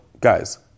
guys